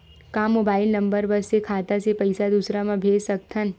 का mobile number बस से खाता से पईसा दूसरा मा भेज सकथन?